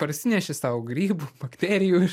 parsineši sau grybų bakterijų iš